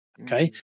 okay